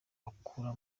akura